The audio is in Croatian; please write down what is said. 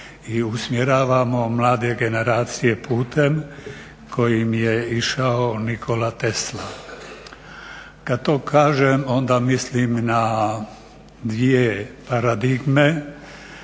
i usmjeravamo mlade generacije putem kojim je išao Nikola Tesla. Kad to kažem onda mislim na dvije paradigme,